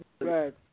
right